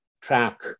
track